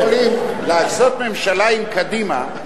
הרי אם היינו יכולים לעשות ממשלה עם קדימה,